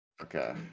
okay